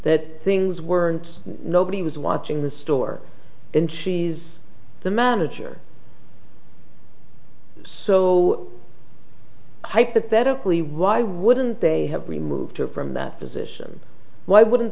that things weren't nobody was watching the store and she's the manager so hypothetically why wouldn't they have removed her from that position why wouldn't